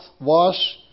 wash